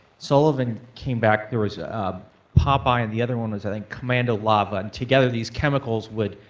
sullivan came back, there was popeye and the other one was, i think, commando lava. and together these chemicals would,